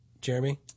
Jeremy